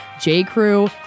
J.Crew